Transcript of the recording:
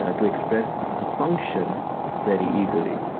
ah to express a function very easily.